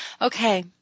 Okay